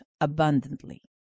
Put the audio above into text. abundantly